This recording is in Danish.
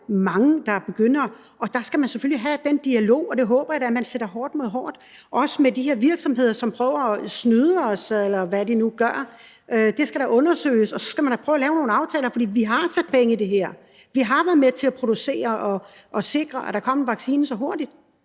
mange, der begynder på det, og der skal man selvfølgelig have den dialog, og der håber jeg da, at man sætter hårdt mod hårdt, også over for de her virksomheder, som prøver at snyde os, eller hvad de nu gør. Det skal da undersøges, og så skal man prøve at lave nogle aftaler. For vi har sat penge i det her, og vi har været med til at producere og sikre, at der kom en vaccine så hurtigt.